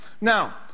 Now